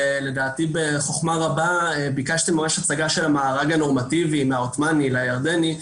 ולדעתי בחוכמה רבה ביקשתם את הצגת המארג הנורמטיבי מהעותומני לירדני,